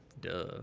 duh